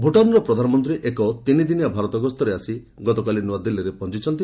ଭୂଟାନର ପ୍ରଧାନମନ୍ତ୍ରୀ ଏକ ତିନିଦିନିଆ ଭାରତ ଗସ୍ତରେ ଆସି ଗତକାଲି ନ୍ତ୍ରଆଦିଲ୍ଲୀରେ ପହଞ୍ଚିଚନ୍ତି